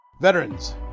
Veterans